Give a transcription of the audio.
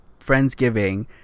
Friendsgiving